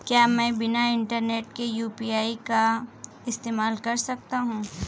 क्या मैं बिना इंटरनेट के यू.पी.आई का इस्तेमाल कर सकता हूं?